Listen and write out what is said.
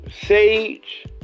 Sage